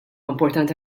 importanti